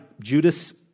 Judas